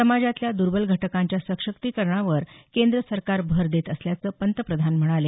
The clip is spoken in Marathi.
समाजातल्या दुर्बल घटकांच्या सशक्तीकरणावर केंद्र सरकार भर देत असल्याचं पंतप्रधान म्हणाले